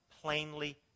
plainly